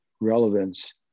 relevance